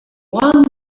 moannen